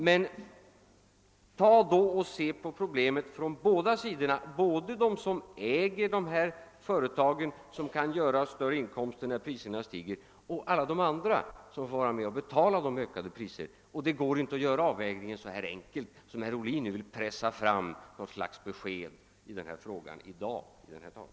Se alltså problemet från bå da sidor; tänk både på dem som äger dessa företag och som gör sig större inkomster när priserna stiger och på alla de andra, som får betala ökade priser! Det går inte att göra avvägningen så enkel som herr Ohlin menar när han vill pressa fram ett besked i frågan i dag.